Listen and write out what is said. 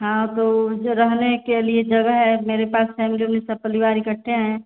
हाँ तो जग् रहने के लिए जगह है मेरे पास फॅमिली उमली सब परिवार इकट्ठा हैं